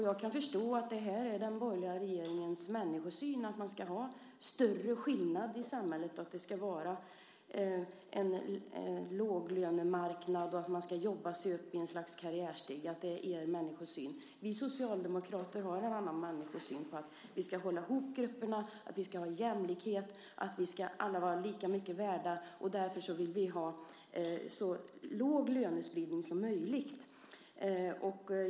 Jag kan förstå att det är den borgerliga regeringens människosyn att det ska vara större skillnader i samhället, att det ska vara en låglönemarknad och att man ska jobba sig upp på något slags karriärstege. Vi socialdemokrater har en annan människosyn, som innebär att vi vill hålla ihop grupperna, att vi ska ha jämlikhet och att alla ska vara lika mycket värda. Därför vill vi ha så liten lönespridning som möjligt.